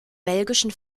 belgischen